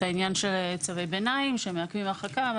העניין של צווי ביניים שמעכבים הרחקה.